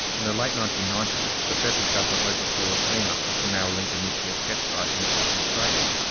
in the late nineteen ninety s, the federal government oversaw a clean-up of the maralinga nuclear test site in south australia.